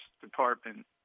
Department